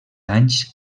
anys